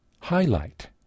highlight